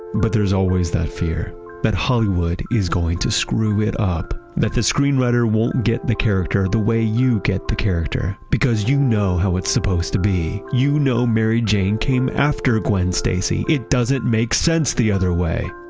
but there's always that fear that hollywood is going to screw it up. that the screenwriter won't get the character the way you get the character. because you know how it's supposed to be you know mary jane came after gwen stacy. it doesn't make sense the other way.